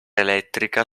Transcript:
elettrica